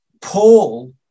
Paul